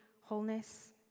wholeness